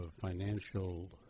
financial